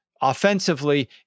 offensively